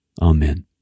Amen